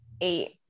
eight